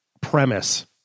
premise